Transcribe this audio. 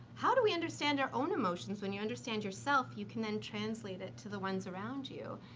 how do we understand our own emotions? when you understand yourself, you can then translate it to the ones around you.